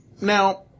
Now